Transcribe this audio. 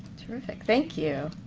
terrific. thank you.